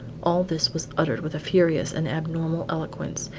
all this was uttered with a furious and abnormal eloquence,